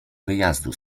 wyjazdu